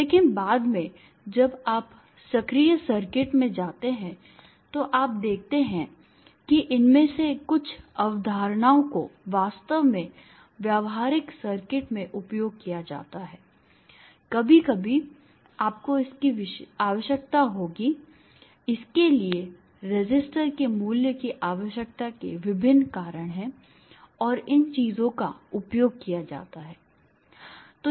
लेकिन बाद में जब आप सक्रिय सर्किट में जाते हैं तो आप देखते हैं कि इनमें से कुछ अवधारणाओं को वास्तव में व्यावहारिक सर्किट में उपयोग किया जाता है कभी कभी आपको इसकी आवश्यकता होगी इसके लिए रेसिस्टर के मूल्य की आवश्यकता के विभिन्न कारण हैं और इन चीजों का उपयोग किया जाता है